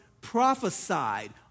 prophesied